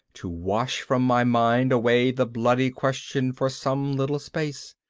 to wash from my mind away the bloody question for some little space.